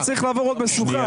לא צריך לעבור עוד משוכה.